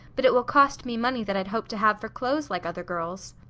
but it will cost me money that i'd hoped to have for clothes like other girls.